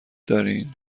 دارین